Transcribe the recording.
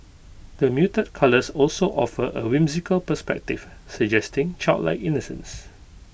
the muted colours also offer A whimsical perspective suggesting childlike innocence